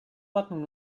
bottom